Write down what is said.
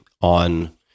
on